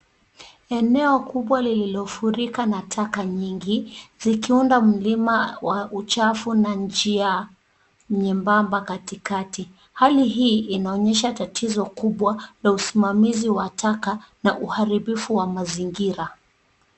Eneo kubwa lililofurika na taka nyingi zikiunda mlima wa uchafu na njia nyembamba katikati hali hii inaonyesha tatizo kubwa na usimamizi wa taka na uharibifu wa mazingira.